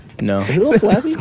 No